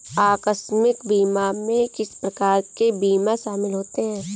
आकस्मिक बीमा में किस प्रकार के बीमा शामिल होते हैं?